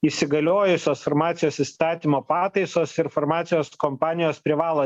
įsigaliojusios farmacijos įstatymo pataisos ir farmacijos kompanijos privalo